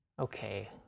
Okay